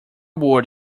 word